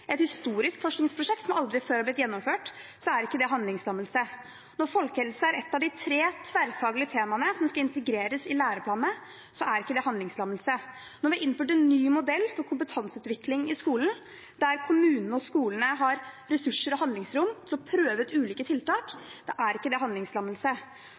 et historisk forskningsprosjekt som aldri før har blitt gjennomført – så er ikke det handlingslammelse. Når folkehelse er et av de tre tverrfaglige temaene som skal integreres i læreplanene, er ikke det handlingslammelse. Når vi har innført en ny modell for kompetanseutvikling i skolen, der kommunene og skolene har ressurser og handlingsrom til å prøve ut ulike tiltak, er ikke det handlingslammelse.